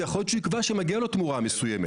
ויול להיות שיקבע שמגיעה לו תמורה מסוימת.